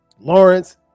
lawrence